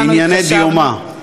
בענייני דיומא.